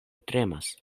tremas